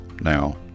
Now